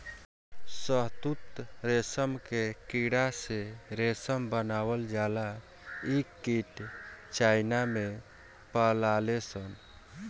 शहतूत रेशम के कीड़ा से रेशम बनावल जाला इ कीट चाइना में पलाले सन